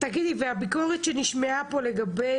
מה לגבי הביקורת שנשמעה פה לגבי